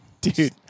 dude